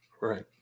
right